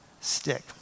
stick